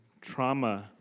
trauma